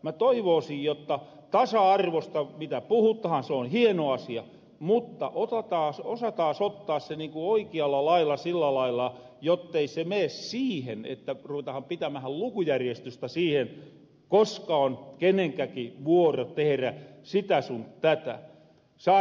mä toivoosin jotta tasa arvosta mitä puhutahan se on hieno asia mutta osattaas ottaa se niinku oikialla lailla jottei se mee siihen että ruvetahan pitämähän lukujärjestystä siihen koska on kenenkäkin vuoro tehrä sitä sun tätä